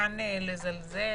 כמובן לזלזל,